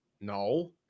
no